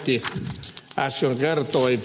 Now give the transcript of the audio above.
lehti äsken kertoi